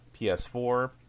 PS4